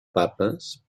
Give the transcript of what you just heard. papes